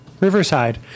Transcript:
Riverside